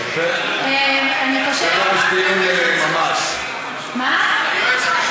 מה אומר הייעוץ המשפטי?